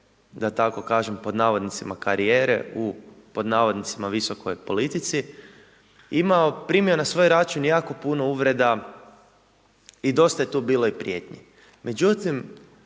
da tako kažem „karijere“ u „visokoj politici“ primio na svoj račun jako puno uvreda i dosta je tu bilo i prijetnji.